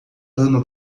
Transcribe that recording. ano